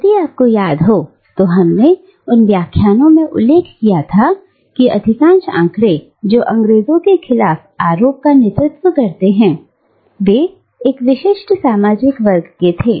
यदि आपको याद है तो हमने उन व्याख्यानो में उल्लेख किया था कि अधिकांश आंकड़े जो अंग्रेजो के खिलाफ आरोप का नेतृत्व करते हैं वे एक विशेष सामाजिक वर्ग के थे